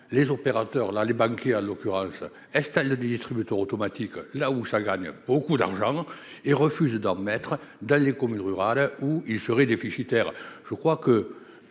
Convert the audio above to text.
les opérateurs là les banquiers à l'occurrence Estelle le distributeur automatique là où ça gagne beaucoup d'argent et refuse d'en mettre dans les communes rurales où il serait déficitaire,